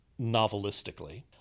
novelistically